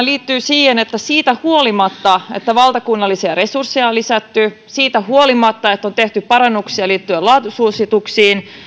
liittyy siihen että siitä huolimatta että valtakunnallisia resursseja on lisätty siitä huolimatta että on tehty parannuksia liittyen laatusuosituksiin